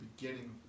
beginning